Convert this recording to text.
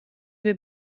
due